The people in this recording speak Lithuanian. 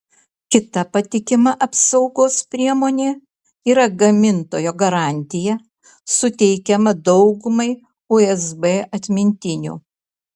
kita patikima apsaugos priemonė yra gamintojo garantija suteikiama daugumai usb atmintinių